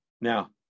Now